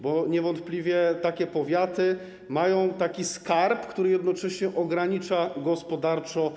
Bo niewątpliwie te powiaty mają taki skarb, który jednocześnie je ogranicza gospodarczo.